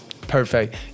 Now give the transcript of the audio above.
Perfect